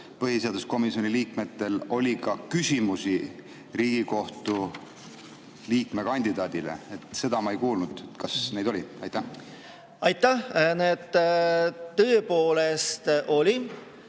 põhiseaduskomisjoni liikmetel oli ka küsimusi Riigikohtu liikme kandidaadile. Seda ma ei kuulnud. Kas neid oli? Aitäh, hea juhataja!